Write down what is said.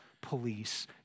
police